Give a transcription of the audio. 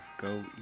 go